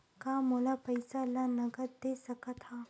का मोला पईसा ला नगद दे सकत हव?